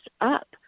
up